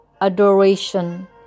adoration